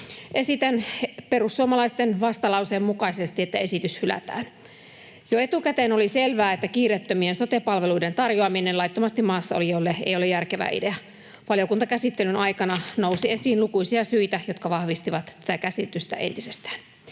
Esitän perussuomalaisten vastalauseen mukaisesti, että esitys hylätään. Jo etukäteen oli selvää, että kiireettömien sote-palveluiden tarjoaminen laittomasti maassa oleville ei ole järkevä idea. Valiokuntakäsittelyn aikana nousi esiin lukuisia syitä, jotka vahvistivat tätä käsitystä entisestään.